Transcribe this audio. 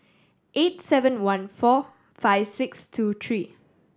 eight seven one four five six two three